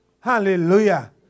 Hallelujah